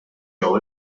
jew